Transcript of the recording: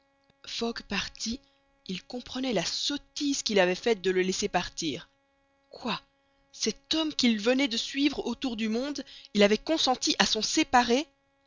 fogg parti il comprenait la sottise qu'il avait faite de le laisser partir quoi cet homme qu'il venait de suivre autour du monde il avait consenti à s'en séparer